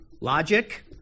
Logic